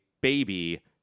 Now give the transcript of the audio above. baby